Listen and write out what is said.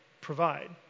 provide